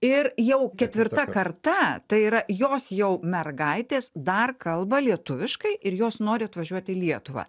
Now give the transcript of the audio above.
ir jau ketvirta karta tai yra jos jau mergaitės dar kalba lietuviškai ir jos nori atvažiuot į lietuvą